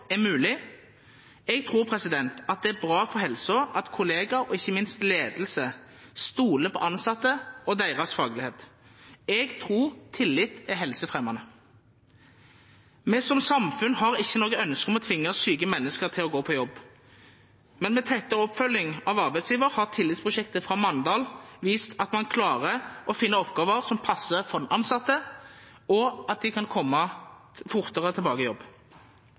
er mulig. Jeg tror det er bra for helsen at kolleger og ikke minst ledelse stoler på ansatte og deres faglighet. Jeg tror tillit er helsefremmende. Vi som samfunn har ikke noe ønske om å tvinge syke mennesker til å gå på jobb. Men med tettere oppfølging av arbeidsgiver har tillitsprosjektet fra Mandal vist at man klarer å finne oppgaver som passer for den ansatte, og at de kan komme fortere tilbake i jobb.